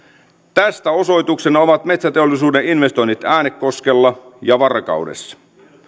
tästä osoituksena ovat metsäteollisuuden investoinnit äänekoskella ja varkaudessa